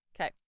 Okay